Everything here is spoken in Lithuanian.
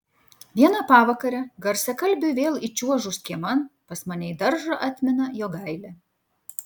vieną pavakarę garsiakalbiui vėl įčiuožus kieman pas mane į daržą atmina jogailė